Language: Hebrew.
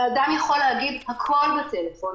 אדם יכול להגיד הכול בטלפון,